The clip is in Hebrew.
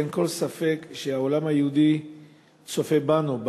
אין כל ספק שהעולם היהודי צופה בנו,